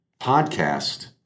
podcast